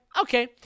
okay